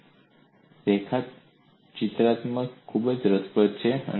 ચિત્રાત્મક રેખાચિત્ર ખૂબ જ રસપ્રદ છે